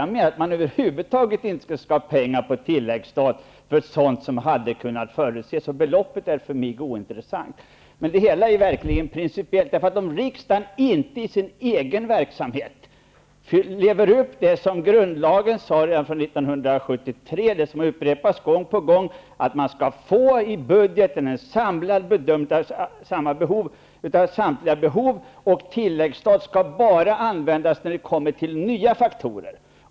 Jag menar att man över huvud taget inte skall få pengar via tilläggsstat för sådant som hade kunnat förutses. Beloppet är för mig ointressant. Det hela är en principiell fråga. Riksdagen lever i sin egen verksamhet inte upp till det som grundlagen sagt sedan 1973 och som upprepats gång på gång, nämligen att man i budgeten skall få en samlad bedömning av samtliga behov och att tilläggsstat endast skall användas när det kommer till nya faktorer.